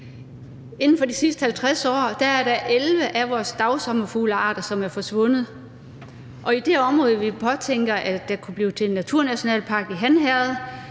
Inden for de sidste 50 år er der 11 af vores dagsommerfuglearter, som er forsvundet, og i det område, vi påtænker kunne blive til en naturnationalpark i Han Herred,